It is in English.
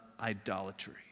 idolatry